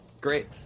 Great